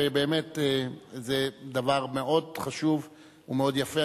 ובאמת זה דבר מאוד חשוב ומאוד יפה.